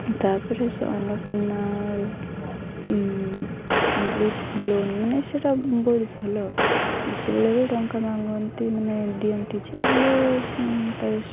ତାପରେ ସେ Annapurna group loan ମାନେ ସେଇଟା ବହୁତ ଭଲ ଯେତେବେଳେ ବି ଟଙ୍କା ମାଗନ୍ତି ମାନେ ଦିଅନ୍ତି ଯେ ହେଲେ ତା